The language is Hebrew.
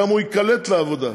הוא גם ייקלט בעבודה.